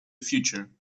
future